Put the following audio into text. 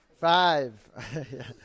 Five